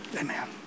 Amen